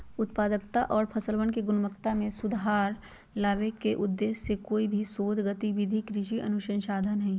उत्पादकता और फसलवन के गुणवत्ता में सुधार लावे के उद्देश्य से कोई भी शोध गतिविधि कृषि अनुसंधान हई